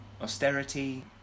austerity